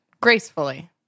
gracefully